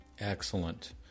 Excellent